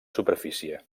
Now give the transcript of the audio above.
superfície